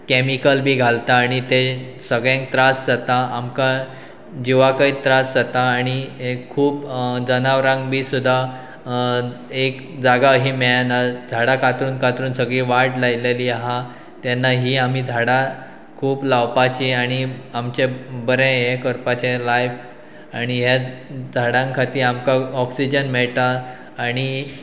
chemical बी घालता आनी ते सगळ्यांक त्रास जाता आमकां जिवाकय त्रास जाता आनी खूब जनावरांक बी सुद्दा एक जागा ही मेळना झाडां कातरून कातरून सगळीं वाट लायलेली आसा तेन्ना ही आमी झाडां खूब लावपाची आनी आमचें बरें हें करपाचें लायफ आनी ह्या झाडां खातीर आमकां ऑक्सिजन मेळटा आनी